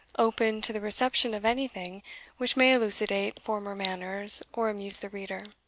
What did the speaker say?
open to the reception of anything which may elucidate former manners, or amuse the reader.